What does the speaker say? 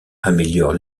améliore